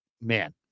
man